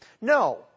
No